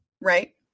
right